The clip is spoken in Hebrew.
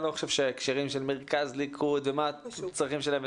אני לא חושב שההקשרים של מרכז ליכוד והצרכים שלהם,